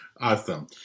Awesome